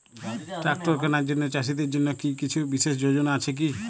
Tractor কেনার জন্য চাষীদের জন্য কী কিছু বিশেষ যোজনা আছে কি?